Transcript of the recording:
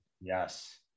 Yes